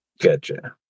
gotcha